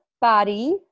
body